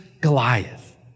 Goliath